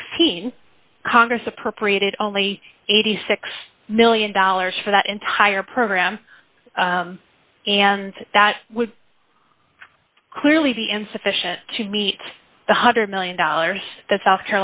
sixteen congress appropriated only eighty six million dollars for that entire program and that would clearly be insufficient to meet the one hundred million dollars that south